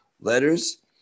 letters